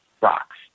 rocks